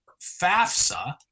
FAFSA